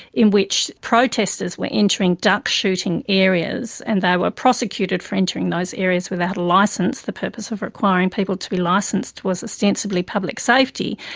in which protesters were entering duck shooting areas and they were prosecuted for entering those areas without a licence. the purpose of requiring people to be licensed was ostensibly public safety.